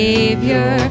Savior